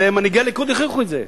ומנהיגי הליכוד הוכיחו את זה.